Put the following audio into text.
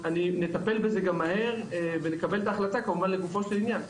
נטפל בזה גם מהר ונקבל את ההחלטה כמובן לגופו של עניין.